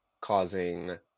causing